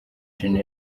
gen